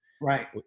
Right